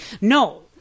No